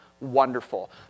wonderful